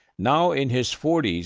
now in his forty s,